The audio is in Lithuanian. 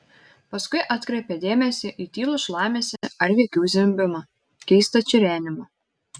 paskui atkreipė dėmesį į tylų šlamesį ar veikiau zvimbimą keistą čirenimą